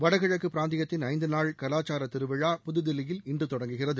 வடகிழக்கு பிராந்தியத்தின் ஐந்து நாள் கலாச்சார திருவிழா புதுதில்லியில் இன்று தொடங்குகிறது